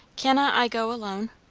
cannot i go alone?